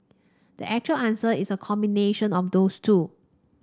the actual answer is a combination of those two